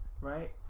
Right